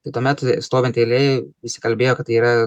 tai tuomet stovint eilėj visi kalbėjo kad tai yra